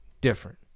different